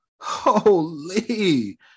holy